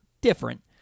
different